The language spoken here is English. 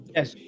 Yes